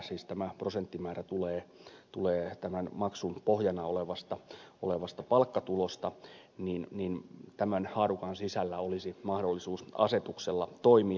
siis tämä prosenttimäärä tulee tämän maksun pohjana olevasta palkkatulosta ja tämän haarukan sisällä olisi mahdollisuus asetuksella toimia